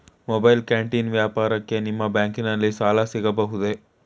Mobile canteen ವ್ಯಾಪಾರಕ್ಕೆ ನಿಮ್ಮ ಬ್ಯಾಂಕಿನಲ್ಲಿ ಸಾಲ ಸಿಗಬಹುದೇ?